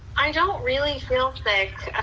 i don't really feel it.